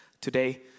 today